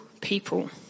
people